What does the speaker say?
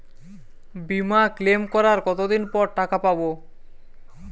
বিমা ক্লেম করার কতদিন পর টাকা পাব?